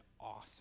awesome